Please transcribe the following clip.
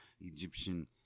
Egyptian